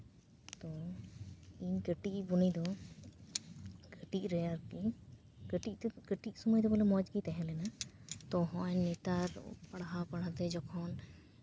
ᱛᱚ ᱤᱧ ᱠᱟᱹᱴᱤᱡ ᱤᱡ ᱵᱩᱱᱤ ᱫᱚ ᱠᱟᱹᱴᱤᱡ ᱨᱮ ᱟᱨᱠᱤ ᱠᱟᱹᱴᱤᱡ ᱫᱚ ᱠᱟᱹᱴᱤᱡ ᱥᱚᱢᱚᱭ ᱫᱚ ᱵᱚᱞᱮ ᱢᱚᱡᱽ ᱜᱮ ᱛᱟᱦᱮᱸ ᱞᱮᱱᱟ ᱛᱚ ᱦᱚᱜᱼᱚᱭ ᱱᱮᱛᱟᱨ ᱯᱟᱲᱦᱟᱣ ᱯᱟᱲᱦᱟᱣ ᱛᱮ ᱡᱚᱠᱷᱚᱱ